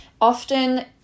often